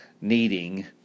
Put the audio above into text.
needing